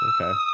Okay